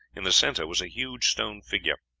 in the center was a huge stone figure.